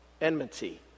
enmity